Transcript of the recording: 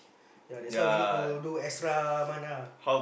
ya that's why we need to do extra month ah